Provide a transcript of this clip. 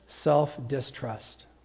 self-distrust